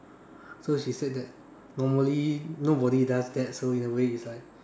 so she said that normally nobody does that so in a way is like